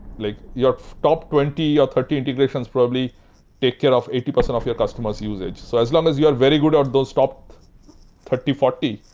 like your top twenty or thirty integrations probably take care of eighty percent of your customers' usage. so as long as you're very good at those top thirty, forty,